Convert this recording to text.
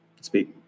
speak